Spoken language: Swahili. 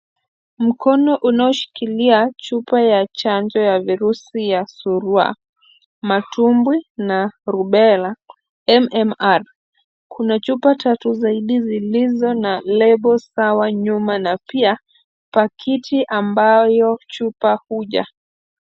Mkono unaoshikilia chupa ya chanjo ya virusi ya Surua, Matumbwi na Rubella MMR. Kuna chupa tatu zaidi zilizo na lebo sawa nyuma na pia pakiti ambayo chupa huja.